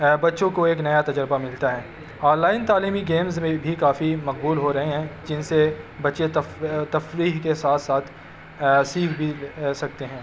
بچوں کو ایک نیا تجربہ ملتا ہے آن لائن تعلیمی گیمز میں بھی کافی مقبول ہو رہے ہیں جن سے بچے تفریح کے ساتھ ساتھ سیکھ بھی سکتے ہیں